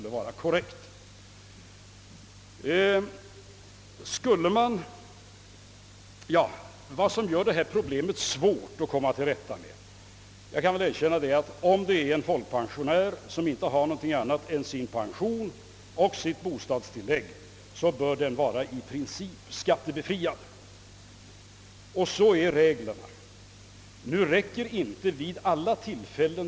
En folkpensionär som endast har sin pension och sitt bostadstillägg bör i princip vara skattebefriad. Detta är också regeln.